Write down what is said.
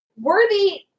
Worthy